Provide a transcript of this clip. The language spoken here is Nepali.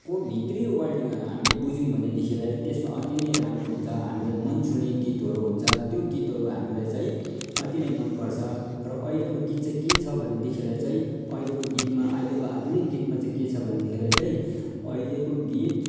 को भित्री वर्डिङहरू हामीले बुझ्यौँ भनेदेखिलाई त्यसमा अति नै राम्रो हुन्छ हामीलाई मन छुने गीतहरू हुन्छ त्यो गीतहरू हामीलाई चाहिँ अति नै मनपर्छ र अहिलेको गीत चाहिँ के छ भनेदेखिलाई चाहिँ अहिलेको गीतमा अहिलेको आधुनिक गीतमा के छ भनेदेखिलाई चाहिँ अहिलेको गीत